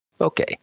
Okay